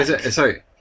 sorry